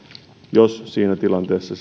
jos siinä tilanteessa